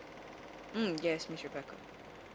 mm yes miss rebecca